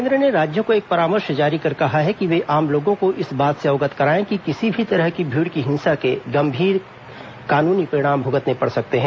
केंद्र ने राज्यों को एक परामर्श जारी कर कहा है कि ये आम लोगों को इस बात से अवगत कराएं कि किसी भी तरह की भीड़ की हिंसा के गंभीर कानूनी परिणाम भुगतने पड़ सकते हैं